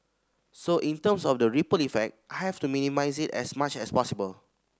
so in terms of the ripple effect I have to minimise it as much as possible